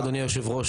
אדוני היו"ר,